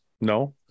No